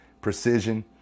precision